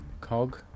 Cog